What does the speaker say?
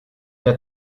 der